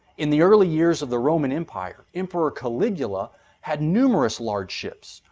in the early years of the roman empire, emperor caligula had numerous large ships,